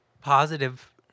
positive